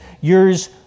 Yours